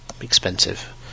expensive